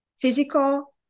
Physical